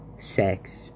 Sex